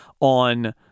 on